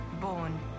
born